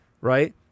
right